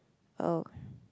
oh